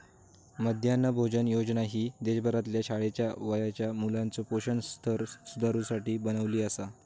मध्यान्ह भोजन योजना ही देशभरातल्या शाळेच्या वयाच्या मुलाचो पोषण स्तर सुधारुसाठी बनवली आसा